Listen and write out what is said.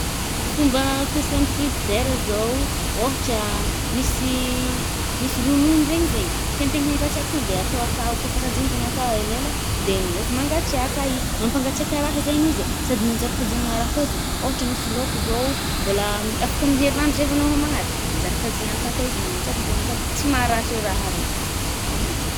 Fomba fisan’ny frizidera zao, ôhatra misy ,misy ronono regny zaigny, tiàntegna hangatsià to de atao akào. Kô fô kajiàn-tegna akào elela a to de miôva mangatsiàka izy. Mampangatsiàka rahaha zaigny izy e, sady manjary kajiànigna raha koà zaigny. Ôhatra misy lôko zao oh, mbôla aminy afaka amy herinandro zay vô agnao hômagna azy, manjary kajîgna akà koà izy. Mangatsiàka mivengy akà de tsy maratra i raha re, zaigny asany.